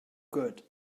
good